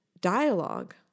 dialogue